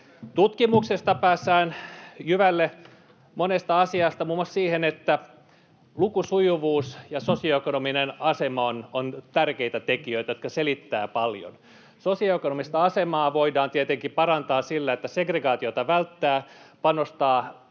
Tutkimuksessa päästään jyvälle monesta asiasta, muun muassa siitä, että lukusujuvuus ja sosioekonominen asema ovat tärkeitä tekijöitä, jotka selittävät paljon. Sosioekonomista asemaa voidaan tietenkin parantaa sillä, että segregaatiota vältetään sekä